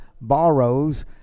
borrows